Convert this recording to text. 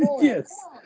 Yes